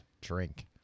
drink